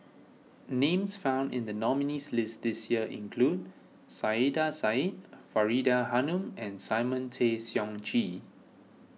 names found in the nominees' list this year include Saiedah Said Faridah Hanum and Simon Tay Seong Chee